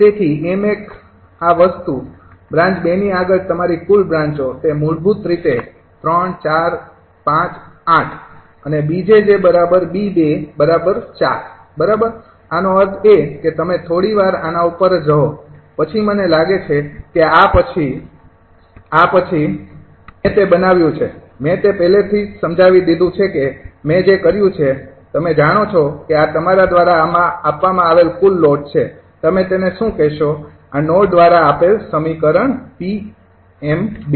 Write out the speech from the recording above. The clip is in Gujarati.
તેથી 𝑚૧ આ વસ્તુ બ્રાન્ચ ૨ ની આગળ તમારી કુલ બ્રાંચો તે મૂળભૂત રીતે ૩ ૪ ૫ ૮ અને 𝐵𝑗𝑗𝐵૨૪ બરાબર આનો અર્થ એ કે તમે થોડીવાર આના ઉપર જ રહો પછી મને લાગે છે કે આ તે પછીથી હું સમજાવી દઇશ મેં તે બનાવ્યું છે મેં તે પહેલાથી સમજાવી દીધું છે કે મેં જે કર્યું છે તમે જાણો છો કે આ તમારા દ્વારા આપવામાં આવેલ કુલ લોડ છે તમે તેને શું કહેશો આ નોડ દ્વારા આપેલ આ સમીકરણ 𝑃𝑚૨